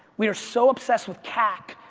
we are so obsessed with cac,